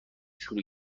شروع